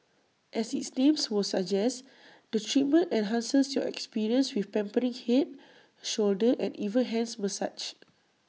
as its names would suggest the treatment enhances your experience with pampering Head shoulder and even hands massage